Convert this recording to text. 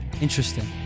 Interesting